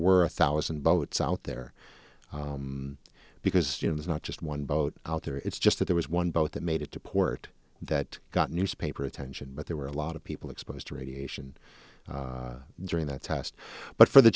were a thousand boats out there because there's not just one boat out there it's just that there was one boat that made it to port that got newspaper attention but there were a lot of people exposed to radiation during that test but for the